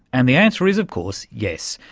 and the answer is of course yes.